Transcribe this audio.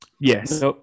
yes